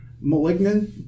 Malignant